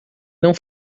não